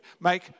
Make